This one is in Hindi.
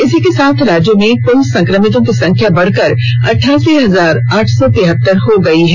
इसी के साथ राज्य में कुल संक्रमितों की संख्या बढ़कर अट्ठासी हजार आठ सौ तिहतर पहुंच गई है